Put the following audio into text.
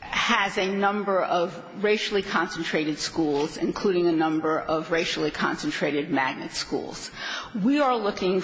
has a number of racially concentrated schools including a number of racially concentrated magnet schools we are looking